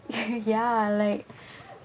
ya like